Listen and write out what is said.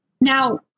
Now